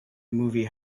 movie